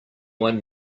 one